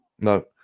No